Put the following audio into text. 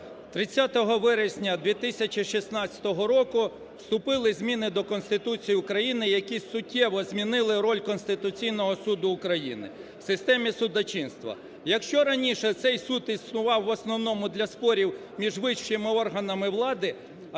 30 вересня 2016 року вступили зміни до Конституції України, яку суттєво змінили роль Конституційного Суду України у системі судочинства. Якщо раніше цей суд існував в основному для спорів між вищими органами влади,